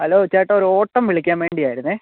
hello ചേട്ടാ ഒരോട്ടം വിളിക്കാൻ വേണ്ടിയാരുന്നേ